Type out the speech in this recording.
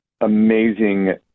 amazing